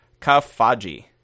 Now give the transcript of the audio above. Kafaji